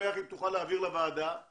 אקו אנרג'י